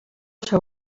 seu